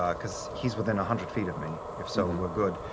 ah because he's within a hundred feet of me. if so, we're good.